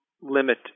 limit